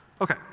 Okay